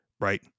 Right